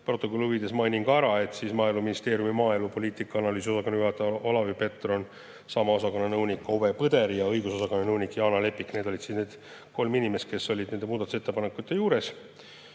huvides mainin ära, et Maaeluministeeriumi maaelupoliitika ja analüüsi osakonna juhataja Olavi Petron, sama osakonna nõunik Ove Põder ja õigusosakonna nõunik Jaana Lepik olid need kolm inimest, kes olid nende muudatusettepanekute juures,